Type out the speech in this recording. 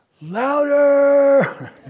Louder